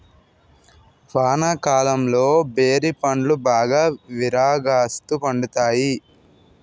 వానాకాలంలో బేరి పండ్లు బాగా విరాగాస్తు పండుతాయి